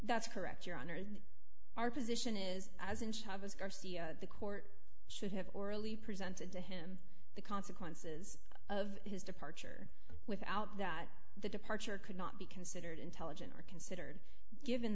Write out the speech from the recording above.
that's correct your honor our position is as in charge as garcia the court should have orally presented to him the consequences of his departure without that the departure could not be considered intelligent or considered given